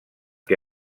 que